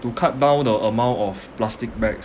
to cut down the amount of plastic bags